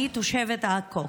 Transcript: אני תושבת עכו,